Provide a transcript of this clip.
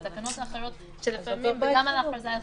על תקנות אחרות וגם על הכרזה חלקית.